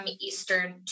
Eastern